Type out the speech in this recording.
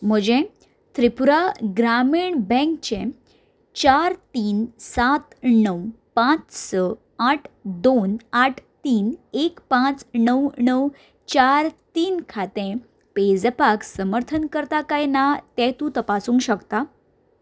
म्हजें त्रिपुरा ग्रामीण बँकचें चार तीन सात णव पांच स आठ दोन आठ तीन एक पांच णव णव चार तीन खातें पेझॅपाक समर्थन करता काय ना तें तूं तपासूंक शकता